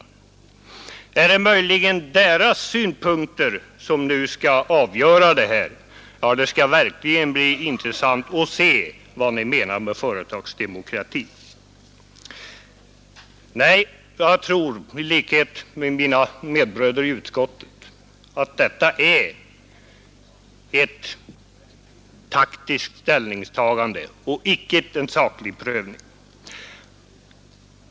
Är det möjligen deras synpunkter som nu skall vara avgörande? Det skall verkligen bli intressant att se vad ni menar med företagsdemokrati. Nej, jag tror i likhet med mina medbröder i utskottet att detta är ett taktiskt ställningstagande och icke en saklig prövning.